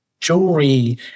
jewelry